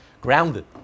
grounded